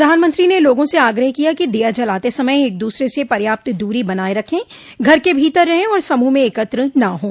प्रधानमंत्री ने लोगों से आग्रह किया कि दीया जलाते समय एक दूसरे से पर्याप्त दूरी बनाए रखें घर के भीतर रहें और समूह में एकत्र न हों